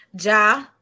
Ja